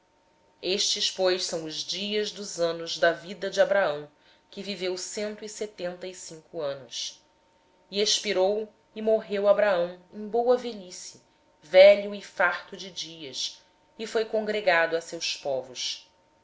estes pois são os dias dos anos da vida de abraão que ele viveu cento e setenta e cinco anos e abraão expirou morrendo em boa velhice velho e cheio de dias e foi congregado ao seu povo